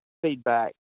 feedback